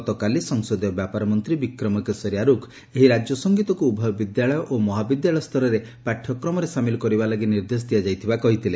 ଗତକାଲି ସଂସଦୀୟ ବ୍ୟାପାର ମନ୍ତୀ ବିକ୍ରମ କେଶରୀ ଆରୁଖ ଏହି ରାଜ୍ୟ ସଙ୍ଗୀତକୁ ଉଭୟ ବିଦ୍ୟାଳୟ ଓ ମହାବିଦ୍ୟାଳୟ ସ୍ତରରେ ପାଠ୍ୟକ୍ରମରେ ସାମିଲ କରିବା ଲାଗି ନିର୍ଦ୍ଦେଶ ଦିଆଯାଇଥିବା କହିଥିଲେ